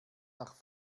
nach